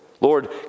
Lord